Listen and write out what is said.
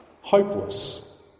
hopeless